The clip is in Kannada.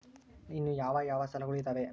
ಇನ್ನು ಯಾವ ಯಾವ ಸಾಲಗಳು ಇದಾವೆ?